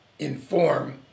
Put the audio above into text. inform